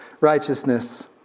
righteousness